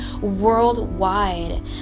worldwide